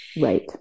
Right